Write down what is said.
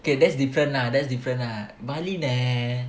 okay that's different lah that's different lah bali nah